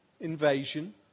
invasion